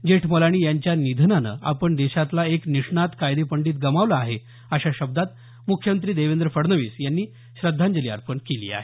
जेठमलानी यांच्या निधनानं आपण देशातला एक निष्णात कायदेपंडित गमावला आहे अशा शब्दात मुख्यमंत्री देवेंद्र फडणवीस यांनी श्रद्धांजली अर्पण केली आहे